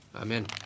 Amen